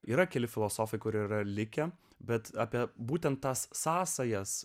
yra keli filosofai kurie yra likę bet apie būtent tas sąsajas